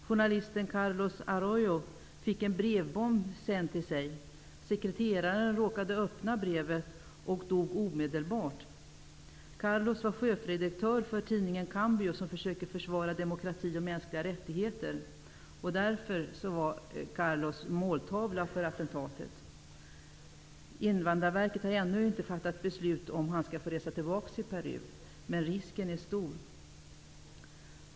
Journalisten Carlos Arroyo fick en brevbomb sänd till sig, och sekreteraren råkade öppna brevet och dog omedelbart. Carlos var chefredaktör för tidningen Cambio, som försöker försvara demokrati och mänskliga rättigheter. Därför var Carlos måltavla för attentatet. Invandrarverket har ännu inte fattat beslut om han måste resa tillbaka till Peru, men risken är stor.